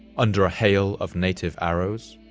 under a hail of native arrows?